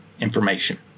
information